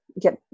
get